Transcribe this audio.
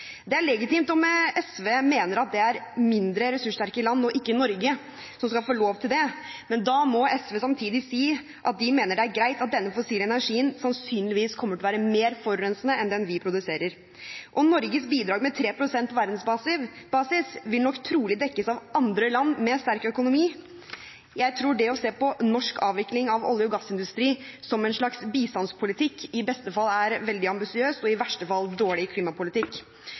Det er legitimt om SV mener at det er mindre ressurssterke land og ikke Norge som skal få lov til det, men da må SV samtidig si at de mener det er greit at denne fossile energien sannsynligvis kommer til å være mer forurensende enn den vi produserer. Norges bidrag, med 3 pst. på verdensbasis, vil nok trolig dekkes av andre land med sterk økonomi. Jeg tror det å se på norsk avvikling av olje- og gassindustri som en slags bistandspolitikk i beste fall er veldig ambisiøst, og i verste fall dårlig klimapolitikk.